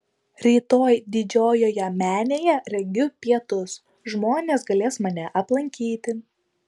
rytoj didžiojoje menėje rengiu pietus žmonės galės mane aplankyti